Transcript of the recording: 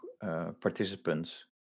participants